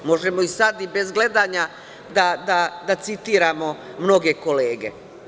Možemo i sad, i bez gledanja, da citiramo mnoge kolege.